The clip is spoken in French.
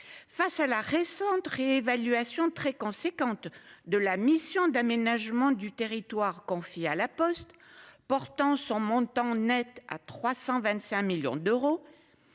Face à la récente réévaluation très conséquente de la mission d'aménagement du territoire, confie à la Poste portant son montant Net à 325 millions d'euros.